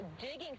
digging